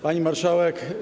Pani Marszałek!